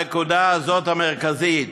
הנקודה הזאת המרכזית.